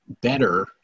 better